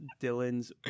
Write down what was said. Dylan's